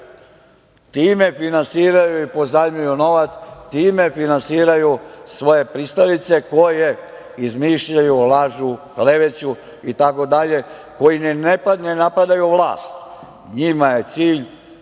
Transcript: time finansiraju i pozajmljuju novac, time finansiraju svoje pristalice koje izmišljaju, lažu, kleveću itd, koji ne napadaju vlast, njima je cilj